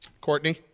Courtney